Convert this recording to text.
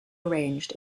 arranged